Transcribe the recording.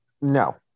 no